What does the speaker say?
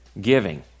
giving